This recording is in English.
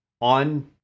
on